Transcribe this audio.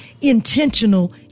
intentional